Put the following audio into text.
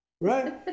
right